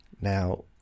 Now